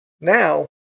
Now